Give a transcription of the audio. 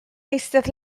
eistedd